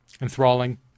enthralling